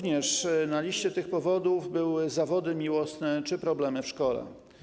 Na liście tych powodów były również zawody miłosne czy problemy w szkole.